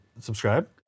subscribe